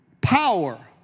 Power